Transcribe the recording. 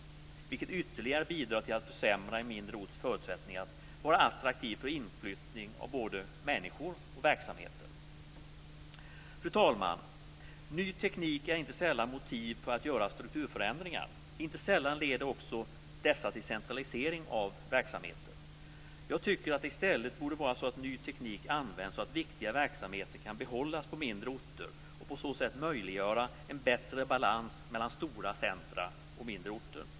Det bidrar ytterligare till att försämra en mindre orts förutsättningar att vara attraktiv för inflyttning av både människor och verksamheter. Fru talman! Ny teknik är inte sällan motiv för att göra strukturförändringar. Inte sällan leder dessa också till centralisering av verksamheter. Jag tycker att det i stället borde vara så att ny teknik används så att viktiga verksamheter kan behållas på mindre orter. Det skulle möjliggöra en bättre balans mellan stora centrum och mindre orter.